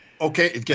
Okay